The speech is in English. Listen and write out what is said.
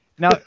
Now